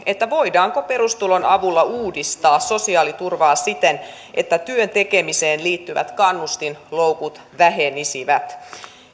voidaanko perustulon avulla uudistaa sosiaaliturvaa siten että työn tekemiseen liittyvät kannustinloukut vähenisivät